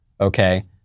Okay